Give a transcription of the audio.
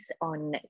on